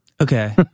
Okay